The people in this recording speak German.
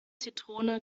zitrone